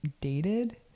dated